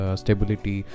stability